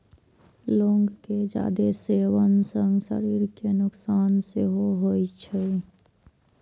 लौंग के जादे सेवन सं शरीर कें नुकसान सेहो होइ छै